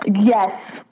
Yes